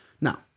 Now